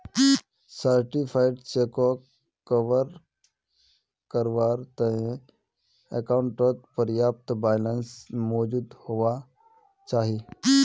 certified चेकोक cover कारवार तने अकाउंटओत पर्याप्त पैसा मौजूद हुवा चाहि